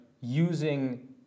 using